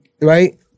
right